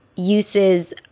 uses